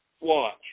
Watch